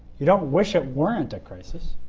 you don't wish it weren't a crisis.